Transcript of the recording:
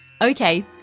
Okay